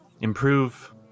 improve